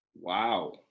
Wow